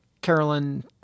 Carolyn